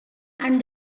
and